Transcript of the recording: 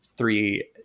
Three